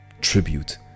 tribute